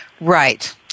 Right